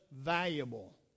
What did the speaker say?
valuable